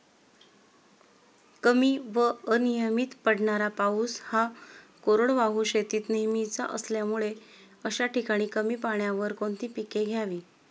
कमी व अनियमित पडणारा पाऊस हा कोरडवाहू शेतीत नेहमीचा असल्यामुळे अशा ठिकाणी कमी पाण्यावर कोणती पिके घ्यावी?